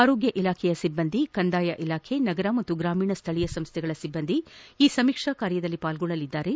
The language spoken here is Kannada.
ಆರೋಗ್ಯ ಇಲಾಖೆಯ ಸಿಬ್ಬಂದಿ ಕಂದಾಯ ಇಲಾಖೆ ನಗರ ಮತ್ತು ಗ್ರಾಮೀಣ ಸ್ಥಳೀಯ ಸಂಸ್ಥೆಗಳ ಸಿಬ್ಬಂದಿ ಈ ಸಮೀಕ್ಷಾ ಕಾರ್ಯದಲ್ಲಿ ಪಾಲ್ಗೊಳ್ಳಲಿದ್ದಾರೆ